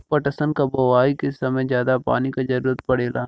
पटसन क बोआई के समय जादा पानी क जरूरत पड़ेला